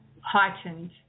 heightened